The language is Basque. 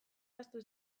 ahaztu